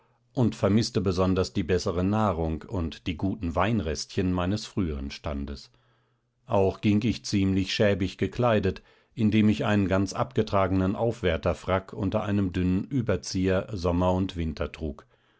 und vermißte besonders die bessere nahrung und die guten weinrestchen meines frühern standes auch ging ich ziemlich schäbig gekleidet indem ich einen ganz abgetragenen aufwärterfrack unter einem dünnen überzieher sommer und winter trug